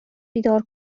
بیدار